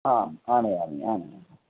ह्म् आनयामि आनयामि